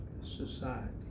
society